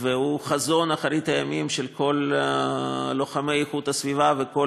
והוא חזון אחרית הימים של כל לוחמי הגנת הסביבה וכל